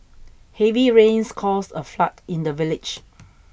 heavy rains caused a flood in the village